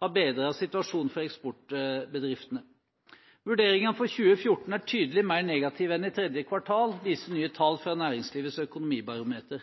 har bedret situasjonen for eksportbedriftene. Vurderingene for 2014 er tydelig mer negative enn i tredje kvartal, viser nye tall fra Næringslivets økonomibarometer.